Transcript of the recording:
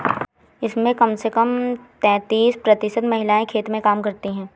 इसमें कम से कम तैंतीस प्रतिशत महिलाएं खेत में काम करती हैं